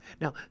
Now